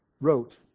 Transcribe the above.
wrote